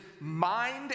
mind